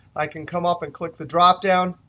i can come up and click the dropdown,